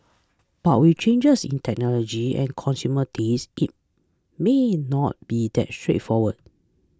but with changes in technology and consumer tastes it may not be that straightforward